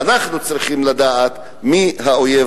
ואנחנו צריכים לדעת מי האויב